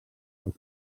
els